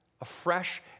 afresh